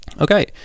Okay